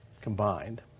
combined